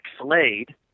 Slade